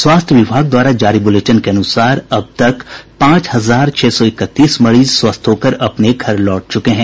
स्वास्थ्य विभाग द्वारा जारी बुलेटिन के अनुसार अब तक पांच हजार छह सौ इकतीस मरीज ठीक होकर अपने घर लौट च्रके हैं